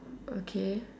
okay